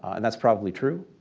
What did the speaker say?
and that's probably true.